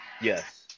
Yes